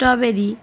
strawberry